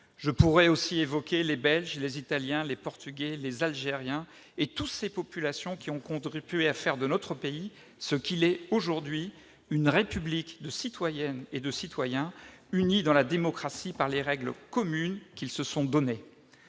Je pourrais aussi évoquer les Belges, les Italiens, les Portugais, les Algériens, toutes ces populations qui ont contribué à faire de notre pays ce qu'il est aujourd'hui : une République de citoyennes et de citoyens unis dans la démocratie par les règles communes qu'ils se sont données.